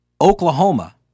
Oklahoma